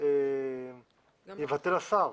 יבטל השר.